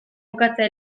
jokatzea